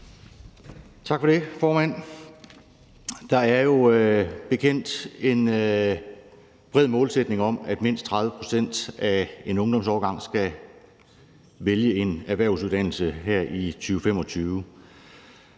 Tak for det, formand. Der er jo som bekendt en målsætning om, at mindst 30 pct. af en årgang skal vælge en erhvervsuddannelse i 2025.